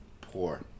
poor